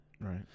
Right